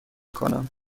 کنم